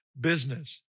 business